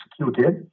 executed